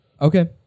Okay